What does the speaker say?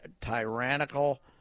tyrannical